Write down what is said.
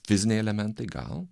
fiziniai elementai gal